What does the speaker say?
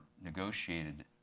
negotiated